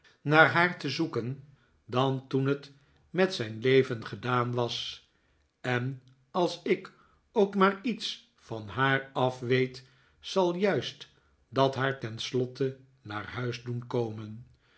naar haar te zoeken dan toen het met zijn leven gedaan was en als ik ook maar iets van haar afweet zal juist dat haar tenslotte naar huis doen komen